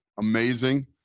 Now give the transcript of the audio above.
Amazing